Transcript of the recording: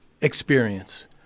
experience